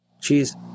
Cheers